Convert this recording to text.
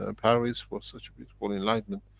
and parviz for such beautiful enlightenment.